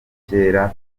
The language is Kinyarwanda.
kera